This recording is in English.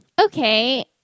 okay